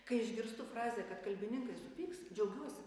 kai išgirstu frazę kad kalbininkai supyks džiaugiuosi